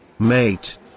Mate